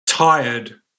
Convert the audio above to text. Tired